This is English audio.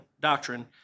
doctrine